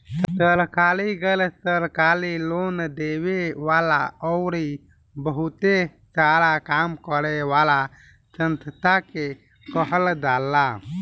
सरकारी, गैर सरकारी, खाली लोन देवे वाला अउरी बहुते सारा काम करे वाला संस्था के कहल जाला